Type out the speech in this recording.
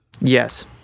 Yes